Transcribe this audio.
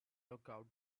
lookout